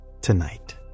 tonight